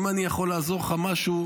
אם אני יכול לעזור לך במשהו,